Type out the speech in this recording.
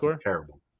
terrible